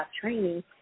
training